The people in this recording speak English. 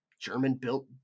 German-built